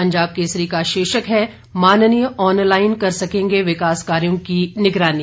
पंजाब केसरी का शीर्षक है माननीय ऑनलाइन कर सकेंगे विकास कार्यो की निगरानी